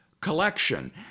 collection